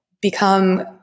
become